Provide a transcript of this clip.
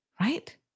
right